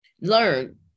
learn